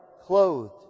clothed